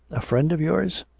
a friend of yours?